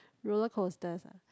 rollercoasters ah